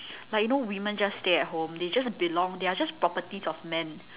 like you know women just stay at home they just belong they are just properties of men